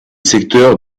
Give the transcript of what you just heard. secteur